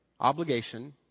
obligation